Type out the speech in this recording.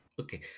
okay